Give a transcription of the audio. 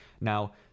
Now